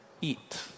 eat